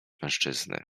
mężczyzny